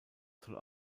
soll